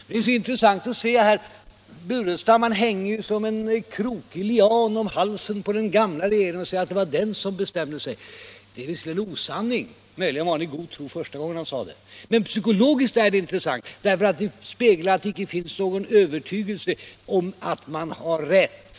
Det är intressant att se hur herr Burenstam Linder hänger som en krokig lian om halsen på den gamla regeringen och säger att det var den som här fattade beslut. Det är visserligen osanning — möjligen var han i god tro första gången han sade det. Men psykologiskt är det intressant, därför att det speglar att det icke finns någon övertygelse om att man har rätt.